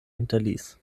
hinterließ